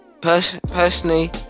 personally